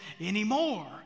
anymore